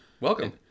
welcome